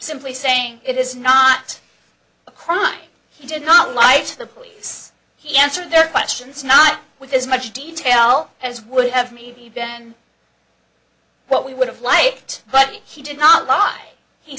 simply saying it is not a crime he did not lie to the police he answered their questions not with as much detail as would have maybe been what we would have liked but he did not lie he